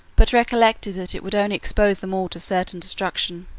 but recollected that it would only expose them all to certain destruction,